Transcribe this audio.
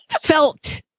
felt